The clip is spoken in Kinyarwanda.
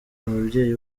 ababyeyi